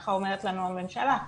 ככה אומרת לנו הממשלה.